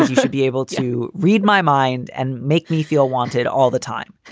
ah you should be able to read my mind and make me feel wanted all the time.